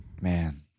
Man